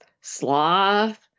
sloth